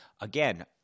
again